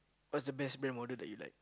what's the best brand model that you like